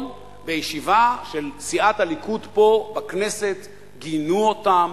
בישיבה של סיעת הליכוד פה בכנסת גינו אותם,